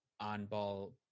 on-ball